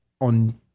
On